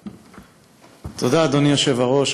תודה, אדוני היושב-ראש.